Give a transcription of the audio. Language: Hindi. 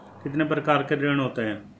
कितने प्रकार के ऋण होते हैं?